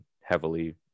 heavily